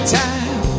time